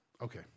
Okay